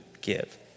give